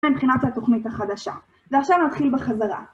מבחינת התוכנית החדשה, ועכשיו נתחיל בחזרה.